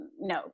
no